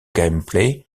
gameplay